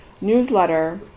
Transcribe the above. newsletter